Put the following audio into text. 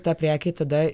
ta prekė tada